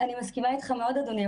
אני מסכימה איתך מאוד אדוני,